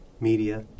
media